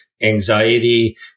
anxiety